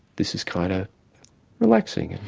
this is kind of relaxing.